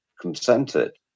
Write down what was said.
consented